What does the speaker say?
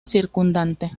circundante